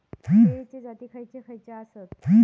केळीचे जाती खयचे खयचे आसत?